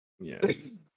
yes